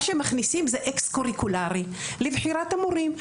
מה שמכניסים הוא אקס-קוריקולארי; לבחירת המורים,